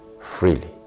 freely